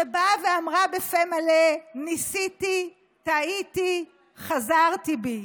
שבאה ואמרה בפה מלא: ניסיתי, טעיתי, חזרתי בי.